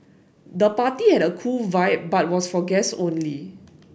the party had a cool vibe but was for guest only